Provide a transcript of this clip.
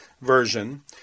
Version